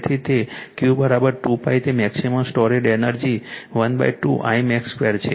તેથી તે Q 2𝜋 તે મેક્સિમમ સ્ટોરેડ એનર્જી 12 Imax 2 છે